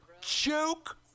Joke